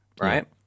right